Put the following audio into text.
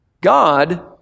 God